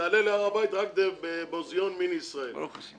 רק שתדע, כבוד היושב ראש,